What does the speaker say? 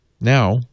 Now